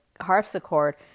harpsichord